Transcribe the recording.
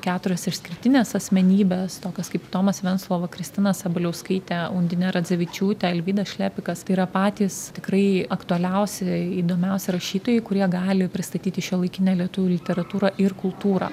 keturios išskirtinės asmenybės tokios kaip tomas venclova kristina sabaliauskaitė undinė radzevičiūtė alvydas šlepikas tai yra patys tikrai aktualiausi įdomiausi rašytojai kurie gali pristatyti šiuolaikinę lietuvių literatūrą ir kultūrą